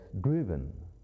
driven